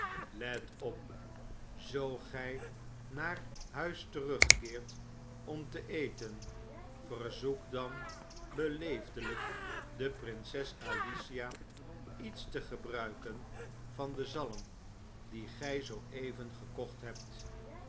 let op zoo gij naar huis terugkeert om te eten verzoek dan beleefdelijk de prinses alicia iets te gebruiken van den zalm dien gy zoo even gekocht hebt